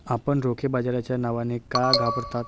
आपण रोखे बाजाराच्या नावाने का घाबरता?